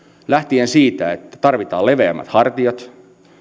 lähtien siitä että tarvitaan leveämmät hartiat